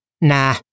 Nah